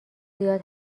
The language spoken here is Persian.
زیاد